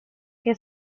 que